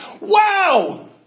Wow